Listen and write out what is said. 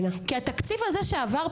כי התקציב הזה שעבר,